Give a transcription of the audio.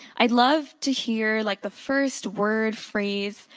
i'd love to hear like the first word, phrase,